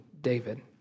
David